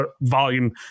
volume